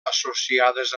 associades